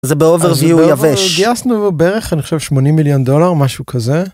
זה באובר וויו יבש, אנחנו גייסנו בערך 80 מיליון דולר משהו כזה.